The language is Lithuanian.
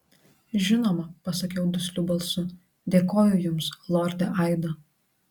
žinoma pasakiau dusliu balsu dėkoju jums lorde aido